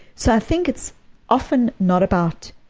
so i think it's often not about,